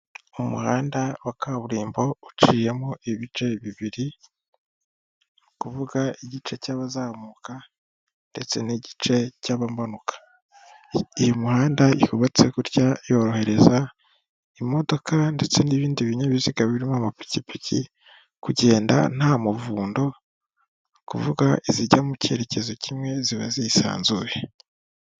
Umuhanda wa kaburimbo uciyemo ibice bibiri ni ukuvuga igice cy'abazamuka ndetse n'igice cy'abamanuka, iyi mihanda yubatse gutya yorohereza imodoka ndetse n'ibindi binyabiziga birimo amapikipiki kugenda nta muvundo kuvuga izijya mu cyerekezo kimwe ziba zisanzuye.